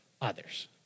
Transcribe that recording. others